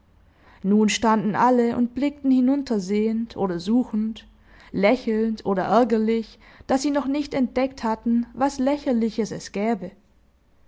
nun standen alle und blickten hinuntersehend oder suchend lächelnd oder ärgerlich daß sie noch nicht entdeckt hatten was lächerliches es gäbe